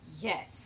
yes